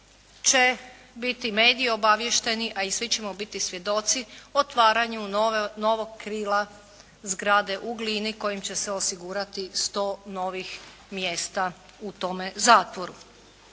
će biti mediji obaviješteni a i svi ćemo biti svjedoci otvaranju novog krila zgrade u Glini kojim će se osigurati 100 novih mjesta u tome zatvoru.